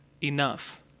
enough